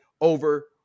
over